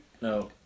No